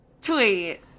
Tweet